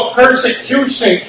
persecution